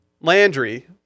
Landry